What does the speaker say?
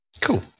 Cool